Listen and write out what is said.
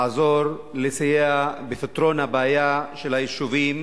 לעזור לסייע בפתרון הבעיה של היישובים.